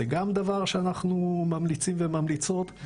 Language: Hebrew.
זה גם דבר שאנחנו ממליצים וממליצות.